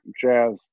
jazz